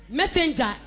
messenger